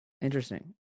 Interesting